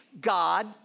God